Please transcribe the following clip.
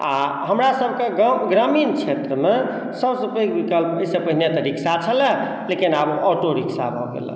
आओर हमरा सबके ग्रामीण क्षेत्रमे सबसँ पैघ विकल्प एहिसँ पहिने तऽ रिक्शा छलै लेकिन आब ऑटो रिक्शा भऽ गेल हँ